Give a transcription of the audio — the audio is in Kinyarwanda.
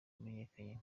wamenyekanye